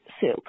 soup